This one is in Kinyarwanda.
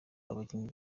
abakinnyi